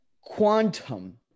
quantum